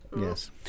Yes